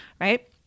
right